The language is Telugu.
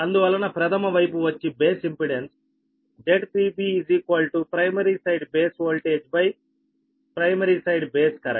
అందువలన ప్రధమ వైపు వచ్చి base impedance ZpB primary side base voltage primary side base current